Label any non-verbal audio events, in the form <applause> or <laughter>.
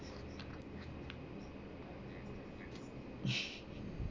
<laughs>